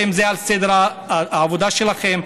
האם זה בסדר העבודה שלכם?